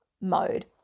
mode